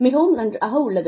மிகவும் நன்றாக உள்ளது